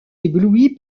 ébloui